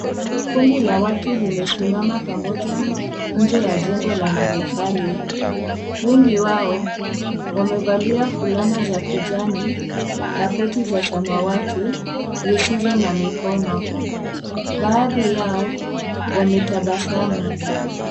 Kundi la watu limesimama pamoja nje ya jengo la matofali. Wengi wao wamevalia fulana za kijani na koti za samawati zisizo na mikono. Baadhi yao wametabasamu.